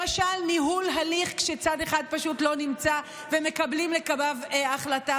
למשל ניהול הליך כשצד אחד פשוט לא נמצא ומקבלים לגביו החלטה,